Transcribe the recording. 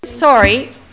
sorry